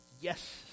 yes